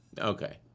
okay